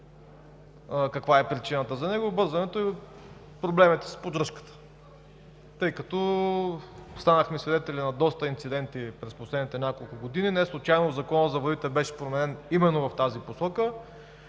каква е причината за него – е от проблемите с поддръжката, тъй като станахме свидетели на доста инциденти през последните няколко години. Неслучайно Законът за водите беше променен именно в тази посока